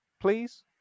Please